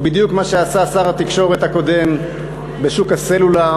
בדיוק מה שעשה שר התקשורת הקודם בשוק הסלולר,